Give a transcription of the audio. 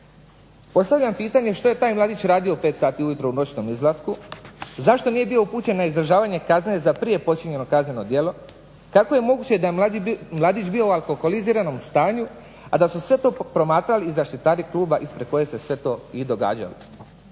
Postavljam pitanje što je taj mladić radio u 5 sati ujutro u noćnom izlasku? Zašto nije bio upućen na izdržavanje kazne za prije počinjeno kazneno djelo? Kako je moguće da je mladić bio u alkoholiziranom stanju a da su sve to promatrali i zaštitari kluba ispred kojeg se to sve događalo?